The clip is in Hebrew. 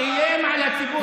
איים על הציבור הערבי בכללותו.